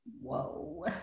Whoa